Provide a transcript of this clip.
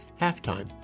halftime